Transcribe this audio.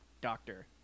Doctor